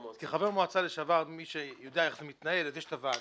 כחבר מועצה לשעבר וכאחד שיודע איך זה מתנהל אז יש את הוועדה,